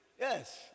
Yes